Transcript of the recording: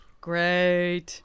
great